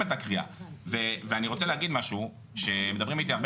את הקריאה ואני רוצה להגיד משהו שמדברים איתי הרבה